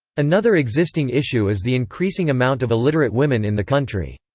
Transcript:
another existing issue is the increasing amount of illiterate women in the country.